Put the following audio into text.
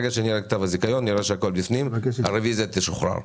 כשנראה שהכול בפנים, הרביזיה תשוחרר.